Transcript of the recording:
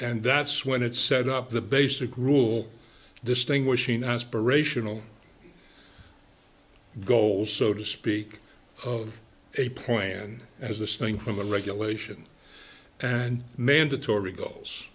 and that's when it's set up the basic rule distinguishing aspirational goals so to speak a point and as this thing from a regulation and mandatory goals